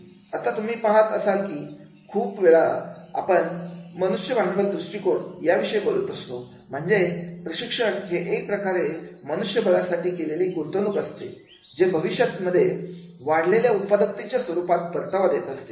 आता तुम्ही पहात असाल की खूप वेळा आपण मनुष्य भांडवल दृष्टिकोन याविषयी बोलत असतो म्हणजे प्रशिक्षण हे एक प्रकारे मनुष्यबळासाठी केलेली गुंतवणूक असते जे भविष्यामध्ये वाढलेल्या उत्पादकतेच्या स्वरूपात परतावा देत असते